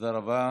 תודה רבה.